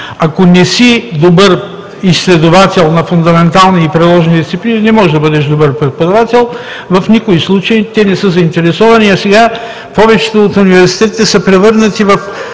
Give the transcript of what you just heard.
Ако не си добър изследовател на фундаментални и приложни дисциплини, не можеш да бъдеш добър преподавател – в никакъв случай те не са заинтересовани. Сега повечето от университетите са превърнати в